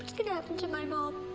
gonna happen to my mom?